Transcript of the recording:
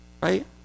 right